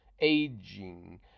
aging